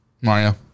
Mario